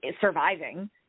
surviving